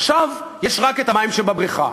עכשיו יש רק המים שבבריכה,